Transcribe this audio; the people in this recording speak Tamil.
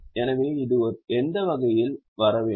எனவே இது எந்த வகையில் வர வேண்டும்